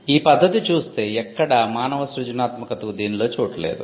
ఈ పద్ధతి చూస్తే ఎక్కడా మానవ సృజనాత్మకతకు దీనిలో చోటు లేదు